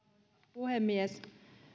puhemies